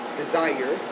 desire